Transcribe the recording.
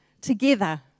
together